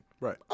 right